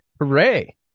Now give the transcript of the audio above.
hooray